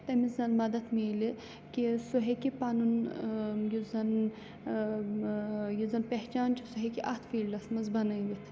تٔمِس زَن مَدد میلہِ کہِ سُہ ہیٚکہِ پَنُن یُس زَن یُس زَن پہچان چھُ سُہ ہیٚکہِ اَتھ فیٖلڈَس منٛز بَنٲوِتھ